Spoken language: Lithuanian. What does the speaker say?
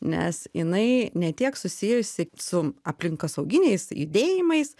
nes jinai ne tiek susijusi su aplinkosauginiais judėjimais